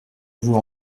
vous